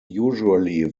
usually